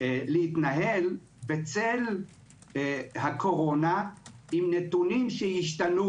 להתנהל בצל הקורונה עם נתונים שישתנו?